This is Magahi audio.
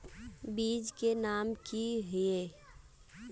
बीज के नाम की हिये?